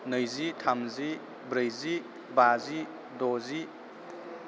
नैजि थामजि ब्रैजि बाजि द'जि